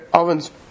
ovens